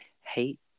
hate –